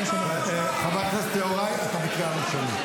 --- חבר הכנסת יוראי, אתה בקריאה ראשונה.